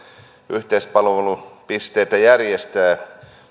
yhteispalvelupisteitä järjestävät